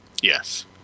Yes